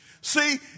See